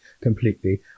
completely